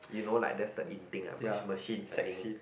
you know like that's the in thing lah like machine machine learning